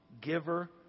giver